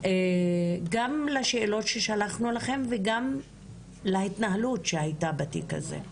גם על השאלות ששלחנו אליכם וגם על ההתנהלות שהייתה בתיק הזה.